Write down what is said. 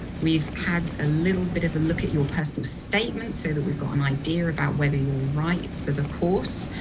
we've had a little bit of a look at your personal statement so that we've got an idea about whether you're right for the course.